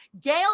gail